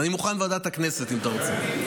אני מוכן לוועדת הכנסת, אם אתה רוצה.